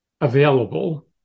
available